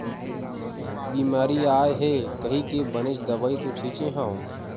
बिमारी आय हे कहिके बनेच दवई तो छिचे हव